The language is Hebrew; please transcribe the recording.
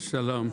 שלום,